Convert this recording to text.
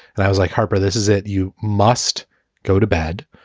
and i was like, harper, this is it. you must go to bed.